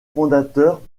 fondateurs